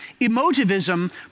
emotivism